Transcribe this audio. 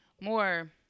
more